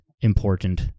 important